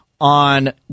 on